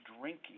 drinking